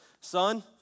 son